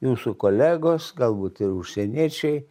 jūsų kolegos galbūt ir užsieniečiai